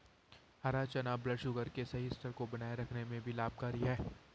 हरा चना ब्लडशुगर के सही स्तर को बनाए रखने में भी लाभकारी है